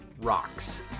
rocks